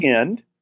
End